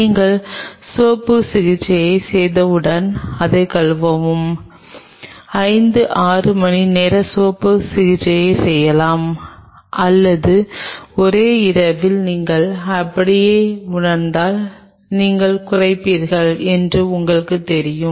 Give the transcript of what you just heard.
நீங்கள் சோப்பு சிகிச்சையைச் செய்தவுடன் அதை கழுவுங்கள் 5 6 மணிநேர சோப்பு சிகிச்சையாக இருக்கலாம் அல்லது ஒரே இரவில் நீங்கள் அப்படி உணர்ந்தால் நீங்கள் குறைப்பீர்கள் என்று எங்களுக்குத் தெரியும்